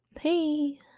hey